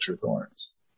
thorns